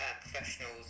professionals